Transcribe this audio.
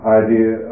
idea